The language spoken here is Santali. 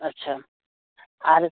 ᱟᱪᱪᱷᱟ ᱟᱨ